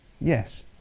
yes